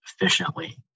efficiently